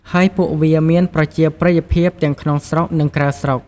ហើយពួកវាមានប្រជាប្រិយភាពទាំងក្នុងស្រុក និងក្រៅស្រុក។